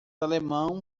alemão